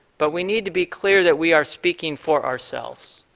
but we need to be clear that we are speaking for ourselves.